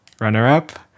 runner-up